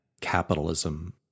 capitalism